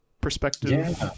perspective